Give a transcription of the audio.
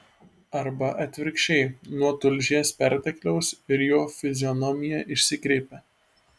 arba atvirkščiai nuo tulžies pertekliaus ir jo fizionomija išsikreipė